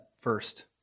first